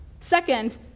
Second